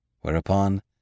Whereupon